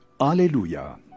Alleluia